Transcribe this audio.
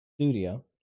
studio